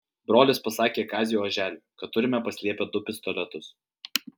brolis pasakė kaziui oželiui kad turime paslėpę du pistoletus